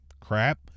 crap